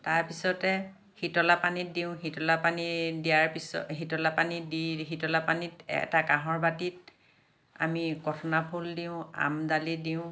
তাৰপিছতে শীতলা পানী দিওঁ শীতলা পানী দিয়াৰ পিছত শীতলা পানী দি শীতলা পানীত এটা কাঁহৰ বাটিত আমি কথনা ফুল দিওঁ আম ডালি দিওঁ